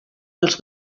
els